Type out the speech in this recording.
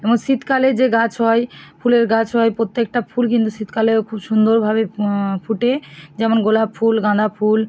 এবং শীতকালে যে গাছ হয় ফুলের গাছ হয় প্রত্যেকটা ফুল কিন্তু শীতকালেও খুব সুন্দরভাবে ফুটে যেমন গোলাপ ফুল গাঁদা ফুল